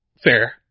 Fair